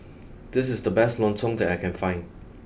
this is the best Lontong that I can find